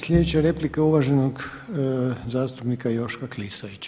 Sljedeća je replika uvaženog zastupnika Joška Klisovića.